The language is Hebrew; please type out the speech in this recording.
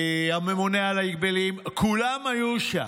הממונה על ההגבלים, כולם היו שם.